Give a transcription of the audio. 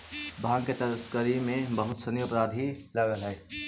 भाँग के तस्करी में बहुत सनि अपराधी लगल हइ